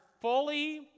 fully